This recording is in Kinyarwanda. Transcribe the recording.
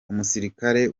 umusirikare